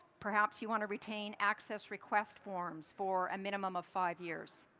perhaps you want to retain access request forms for a minimum of five years.